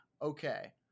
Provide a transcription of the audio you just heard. Okay